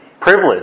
privilege